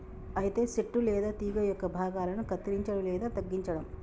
అయితే సెట్టు లేదా తీగ యొక్క భాగాలను కత్తిరంచడం లేదా తగ్గించడం